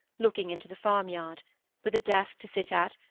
looking into the farm-yard with a desk to sit at,